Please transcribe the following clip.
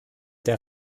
der